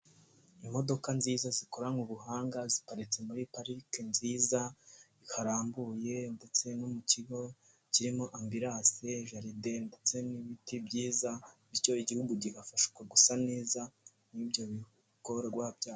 Imodoka nziza zikoranwe ubuhanga, ziparitse muri parike nziza, harambuye ndetse no mu kigo kirimo ambulanse, jaride ndetse n'ibiti byiza, bityo igihugu kigafashwa gusa neza n'ibyo bikorwa byabo.